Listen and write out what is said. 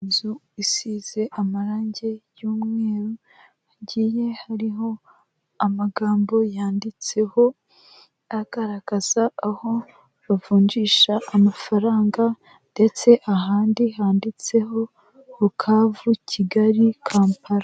Inzu isize amarangi y'umweru hagiye hariho amagambo yanditseho, agaragaza aho bavunjisha amafaranga ndetse ahandi handitseho Bukavu Kigali Kampala.